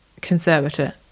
conservator